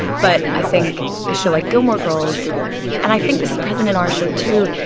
but i think a show like gilmore girls and i think this is present in our show, too